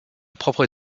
propre